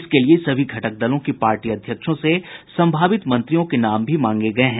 इसके लिए सभी घटक दलों के पार्टी अध्यक्षों से सम्भावित मंत्रियों के नाम भी मांगे गये हैं